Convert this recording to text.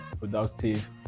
productive